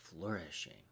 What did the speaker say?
flourishing